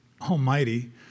Almighty